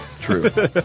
True